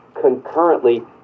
concurrently